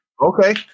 okay